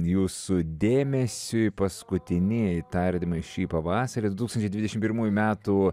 jūsų dėmesiui paskutinieji tardymai šį pavasarį du tūkstančiai dvidešimt pirmųjų metų